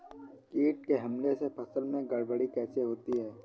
कीट के हमले से फसल में गड़बड़ी कैसे होती है?